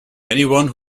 anyone